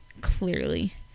Clearly